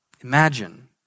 Imagine